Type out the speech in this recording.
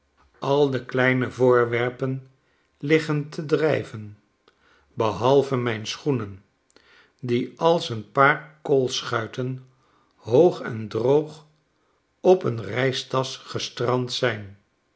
al de kleine voorwerpen liggen te drijven behalve mijn schoenen die als een paar koolschuiten hoog en droog op een reistasch gestrand zijn